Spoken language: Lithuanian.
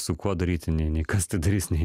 su kuo daryti nei nei kas tai darys nei